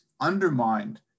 undermined